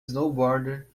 snowboarder